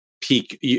peak